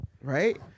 right